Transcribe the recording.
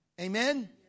Amen